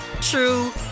true